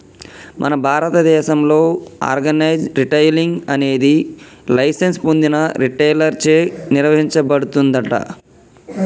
మన భారతదేసంలో organise retailing అనేది లైసెన్స్ పొందిన రిటైలర్ చే నిర్వచించబడుతుందంట